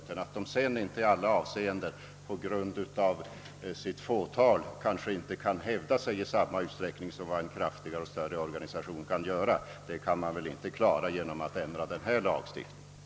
Att en organisation sedan inte i alla avseenden på grund av sitt fåtal medlemmar kan hävda sig i samma utsträckning som en större och kraftigare organisation går väl inte att komma till rätta med genom att ändra denna lagstiftning.